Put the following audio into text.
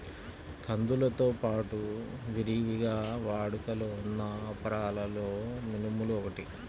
కందులతో పాడు విరివిగా వాడుకలో ఉన్న అపరాలలో మినుములు ఒకటి